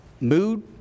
mood